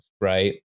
right